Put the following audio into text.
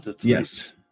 Yes